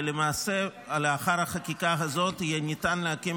ולמעשה לאחר החקיקה הזאת יהיה ניתן להקים